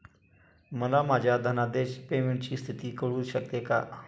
मला माझ्या धनादेश पेमेंटची स्थिती कळू शकते का?